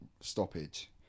stoppage